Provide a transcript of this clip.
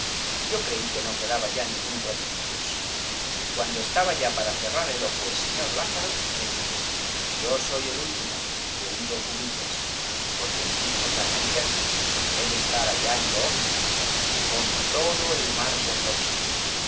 yo creí que no quedaba ya ningún tropiquillos cuando estaba ya para cerrar el ojo el señor lázaro me dijo yo soy el último querido cubillas porque mi hijo zacarías debe de estar allá en lo hondo con todo el mar por losa